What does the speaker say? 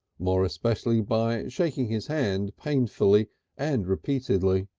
more especially by shaking his hand painfully and repeatedly.